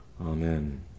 Amen